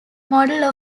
model